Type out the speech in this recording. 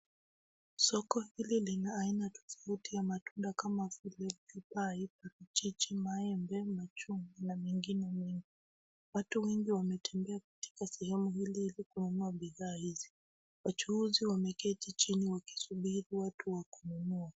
Soko hili lina aina tofauti ya matunda kama vile papai, parachichi, maembe, machungwa na mengine mengi. Watu wengi wanatembea katika eneo hili ili kununua bidhaa hizi. Wachuuzi wameketi chini wakisubiri watu wa kununua.